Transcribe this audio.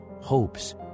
hopes